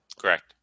Correct